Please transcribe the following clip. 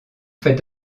fait